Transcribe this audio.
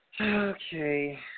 Okay